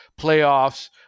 playoffs